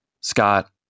Scott